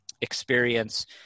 experience